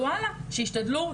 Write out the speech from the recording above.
שישתדלו,